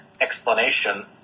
explanation